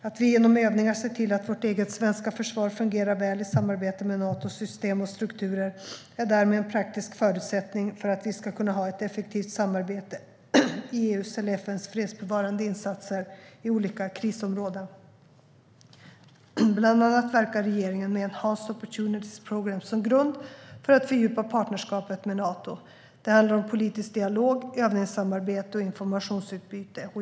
Att vi genom övningar ser till att vårt eget svenska försvar fungerar väl i samarbete med Natos system och strukturer är därmed en praktisk förutsättning för att vi ska kunna ha ett effektivt samarbete i EU:s eller FN:s fredsbevarande insatser i olika krisområden. Bland annat verkar regeringen, med Enhanced Opportunities Programme som grund, för att fördjupa partnerskapet med Nato. Det handlar om politisk dialog, övningssamarbete och informationsutbyte.